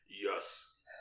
Yes